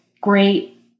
great